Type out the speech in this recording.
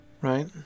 right